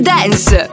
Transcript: dance